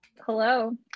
Hello